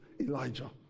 elijah